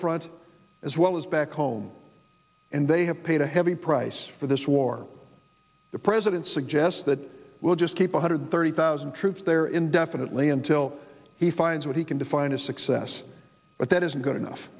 front as well as back home and they have paid a heavy price for this war the president suggests that we'll just keep one hundred thirty thousand troops there indefinitely until he finds what he can define a success but that isn't good enough